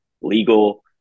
legal